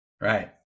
Right